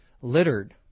littered